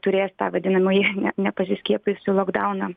turės tą vadinamąjį nepasiskiepyjusių lokdauną